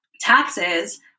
taxes